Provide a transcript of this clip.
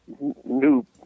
new